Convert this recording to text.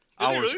Hours